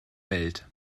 welt